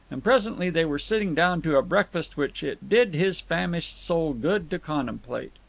and presently they were sitting down to a breakfast which it did his famished soul good to contemplate.